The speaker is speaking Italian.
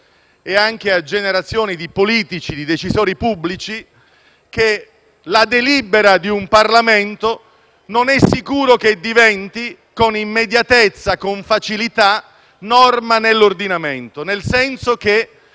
e anche a generazioni di politici e decisori pubblici che la delibera di un Parlamento non è sicuro che diventi, con immediatezza, con facilità, norma nell'ordinamento. Nel senso che